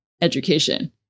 education